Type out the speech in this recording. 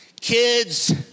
kids